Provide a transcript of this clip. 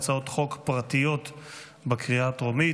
הצעות חוק פרטיות בקריאה הטרומית.